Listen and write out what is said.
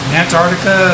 antarctica